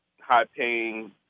high-paying